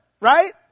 right